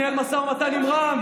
שניהל משא ומתן עם רע"מ,